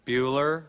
Bueller